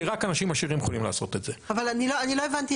כי רק אנשים עשירים יכולים לעשות את זה.